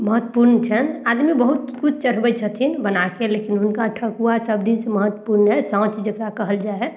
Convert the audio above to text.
महत्वपूर्ण छनि आदमी बहुत किछु चढ़बैय छथिन बनाकऽ लेकिन हुनका ठकुआ सभदिस महत्वपूर्ण अइ साँच जकरा कहल जाइ हइ